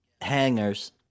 hangers